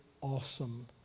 awesome